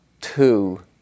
two